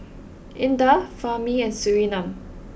Indah Fahmi and Surinam